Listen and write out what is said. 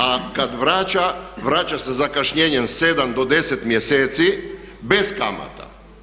A kad vraća, vraća sa zakašnjenjem 7 do 10 mjeseci bez kamata.